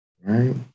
Right